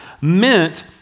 meant